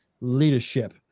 leadership